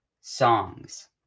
songs